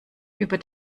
über